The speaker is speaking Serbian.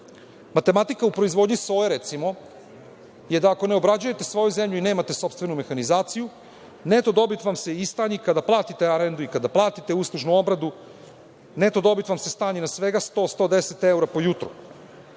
marginama. Matematika u proizvodnji soje, recimo, je da ako ne obrađujete svoju zemlju i nemate sopstvenu mehanizaciju, neto dobit vam se istanji kada platite arendu i kada platite uslužnu obradu, neto dobit vam se stanji na svega 100 – 110 eura po jutru,